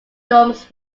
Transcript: domes